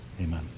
Amen